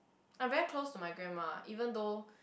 I'm very close to my grandma even though